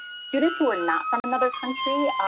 students who are not from another country.